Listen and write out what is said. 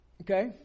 Okay